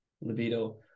libido